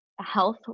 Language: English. Health